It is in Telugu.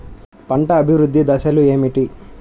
పంట అభివృద్ధి దశలు ఏమిటి?